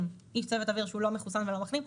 איש צוות אוויר שהוא לא מחוסן ולא מחלים,